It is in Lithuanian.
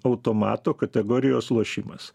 automato kategorijos lošimas